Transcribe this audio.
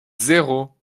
zero